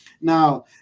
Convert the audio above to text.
now